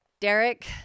Derek